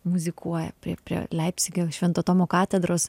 muzikuoja prie prie leipcige švento tomo katedros